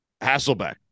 Hasselbeck